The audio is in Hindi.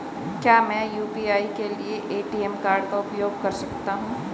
क्या मैं यू.पी.आई के लिए ए.टी.एम कार्ड का उपयोग कर सकता हूँ?